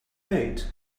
paid